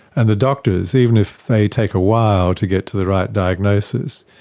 and the doctors, even if they take a while to get to the right diagnosis,